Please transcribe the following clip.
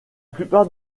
plupart